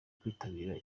kwitabira